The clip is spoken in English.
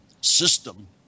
system